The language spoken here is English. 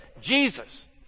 Jesus